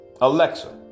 Alexa